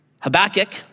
Habakkuk